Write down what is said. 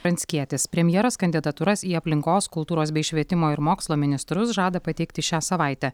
pranckietis premjeras kandidatūras į aplinkos kultūros bei švietimo ir mokslo ministrus žada pateikti šią savaitę